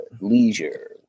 leisure